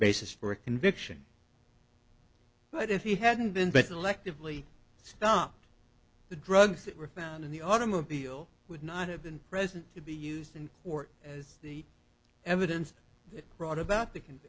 basis for a conviction but if he hadn't been but electively stopped the drugs that were found in the automobile would not have been present to be used in court as the evidence that brought about the can